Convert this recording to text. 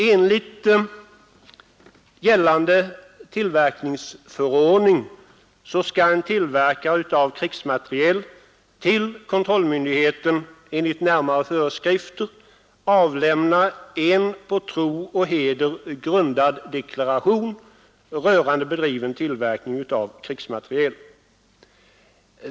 Enligt gällande tillverkningsförordning skall en tillverkare av krigsmateriel till kontrollmyndigheten enligt närmare föreskrifter avlämna en på tro och heder grundad deklaration rörande bedriven tillverkning av krigsmateriel.